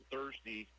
Thursday